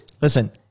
Listen